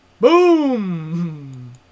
Boom